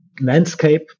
landscape